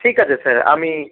ঠিক আছে স্যার আমি